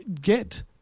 get